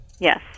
Yes